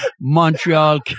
Montreal